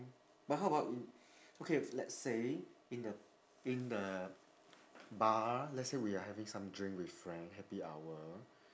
but how about i~ okay let's say in the in the bar let's say we are having some drink with friend happy hour